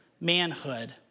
manhood